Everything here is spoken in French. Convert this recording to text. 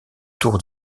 tour